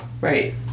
Right